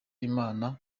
imana